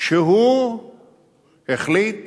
שהוא החליט